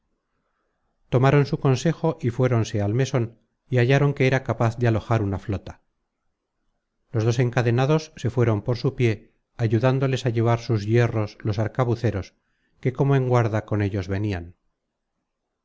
tomaron su consejo y fuéronse al meson y hallaron que era capaz de alojar una flota los dos encadenados se fueron content from google book search generated at por su pié ayudándoles á llevar sus hierros los arcabuceros que como en guarda con ellos venian